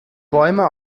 bäume